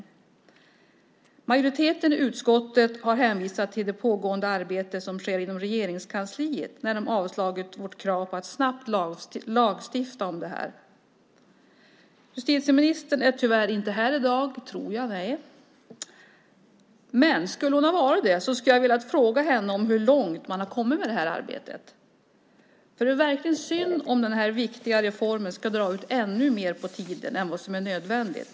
Majoriteten i utskottet har hänvisat till det pågående arbete som sker inom Regeringskansliet när de har avslagit vårt krav på att snabbt lagstifta om detta. Justitieministern är tyvärr inte här i dag, men om hon hade varit det hade jag velat fråga henne hur långt man har kommit med det här arbetet. Det är verkligen synd om den här viktiga reformen ska dra ut mer på tiden än vad som är nödvändigt.